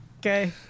Okay